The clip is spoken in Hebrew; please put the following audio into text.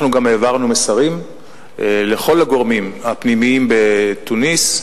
אנחנו גם העברנו מסרים לכל הגורמים הפנימיים בתוניסיה,